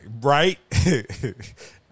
Right